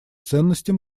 ценностям